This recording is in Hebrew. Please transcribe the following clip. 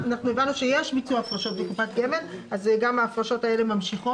הוא חולה באותה תקופה, זה ארבעה ימים.